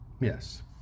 Yes